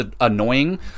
annoying